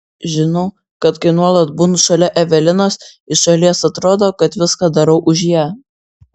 žinau kad kai nuolat būnu šalia evelinos iš šalies atrodo kad viską darau už ją